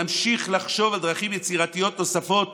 נמשיך לחשוב על דרכים יצירתיות נוספות